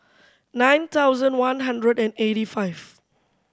nine thousand one hundred and eighty five